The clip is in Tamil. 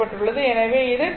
எனவே இது 2